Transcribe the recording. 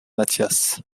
mathias